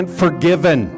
forgiven